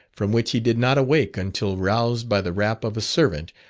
from which he did not awake until roused by the rap of a servant,